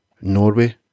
Norway